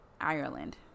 Ireland